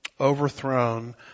overthrown